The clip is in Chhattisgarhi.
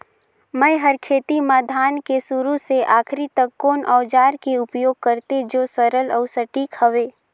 मै हर खेती म धान के शुरू से आखिरी तक कोन औजार के उपयोग करते जो सरल अउ सटीक हवे?